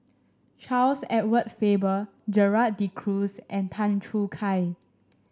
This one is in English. Charles Edward Faber Gerald De Cruz and Tan Choo Kai